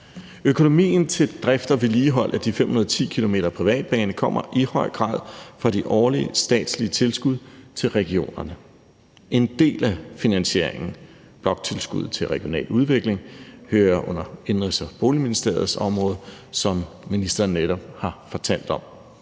Økonomien til drift og vedligehold af de 510 km privat bane kommer i høj grad fra de årlige statslige tilskud til regionerne. En del af finansieringen, bloktilskuddet til regional udvikling, hører under Indenrigs- og Boligministeriets område, som ministeren netop har fortalt om.